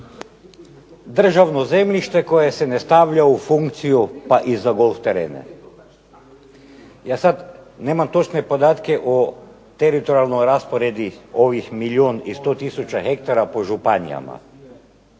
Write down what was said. Državno zemljište koje se ne stavlja u funkciju pa i za golf terene. Ja sad nemam točne podatke o teritorijalnoj rasporedi ovih milijun i 100 tisuća hektara po županijama,